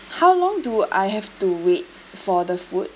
how long do I have to wait for the food